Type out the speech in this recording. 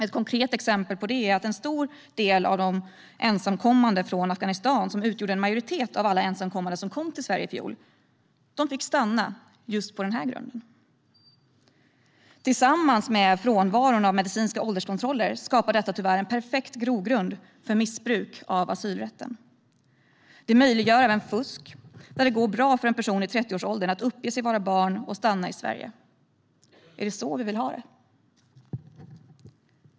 Ett konkret exempel på det är att en stor del av de ensamkommande från Afghanistan, som utgjorde en majoritet av alla ensamkommande som kom till Sverige i fjol, fick stanna just på den här grunden. Tillsammans med frånvaron av medicinska ålderskontroller skapar detta tyvärr en perfekt grogrund för missbruk av asylrätten. Det möjliggör även fusk, att det går bra för en person i 30-årsåldern att uppge sig vara barn och stanna i Sverige. Är det så vi vill ha det?